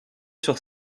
sur